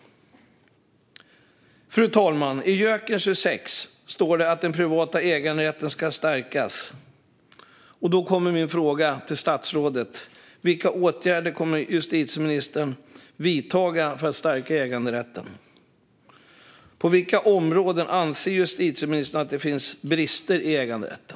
Fru talman! I punkt 26 i JÖK:en står att den privata äganderätten ska stärkas. Då kommer min fråga till statsrådet: Vilka åtgärder kommer justitieministern att vidta för att stärka äganderätten? På vilka områden anser justitieministern att det finns brister i äganderätten?